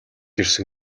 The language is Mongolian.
ирсэн